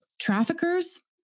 traffickers